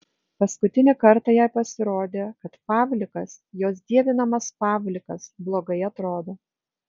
paskutinį kartą jai pasirodė kad pavlikas jos dievinamas pavlikas blogai atrodo